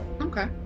Okay